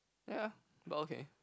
ya but okay